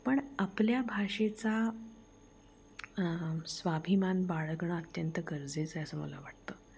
पण आपल्या भाषेचा स्वाभिमान बाळगणं अत्यंत गरजेचंय असं मला वाटतं